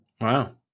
Wow